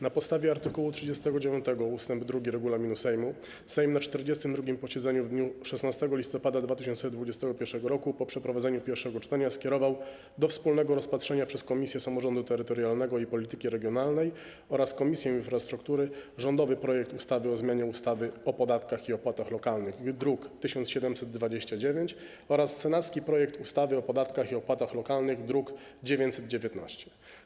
Na podstawie art. 39 ust. 2 regulaminu Sejmu Sejm na 42. posiedzeniu w dniu 16 listopada 2021 r. po przeprowadzeniu pierwszego czytania skierował do wspólnego rozpatrzenia przez Komisję Samorządu Terytorialnego i Polityki Regionalnej oraz Komisję Infrastruktury rządowy projekt ustawy o zmianie ustawy o podatkach i opłatach lokalnych, druk nr 1729, oraz senacki projekt ustawy o podatkach i opłatach lokalnych, druk nr 919.